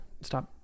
stop